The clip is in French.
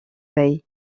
bay